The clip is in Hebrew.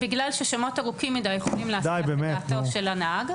בגלל ששמות ארוכים מדי יכולים להסיח את דעתו של הנהג.